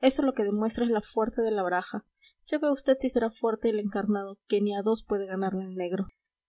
eso lo que demuestra es la fuerza de la baraja ya ve usted si será fuerte el encarnado que ni a dos puede ganarle el negro